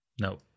No